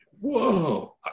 Whoa